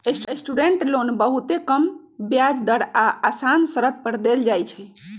student loan बहुते कम ब्याज दर आऽ असान शरत पर देल जाइ छइ